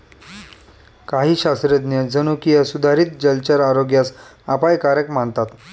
काही शास्त्रज्ञ जनुकीय सुधारित जलचर आरोग्यास अपायकारक मानतात